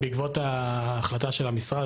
בעקבות ההחלטה של המשרד,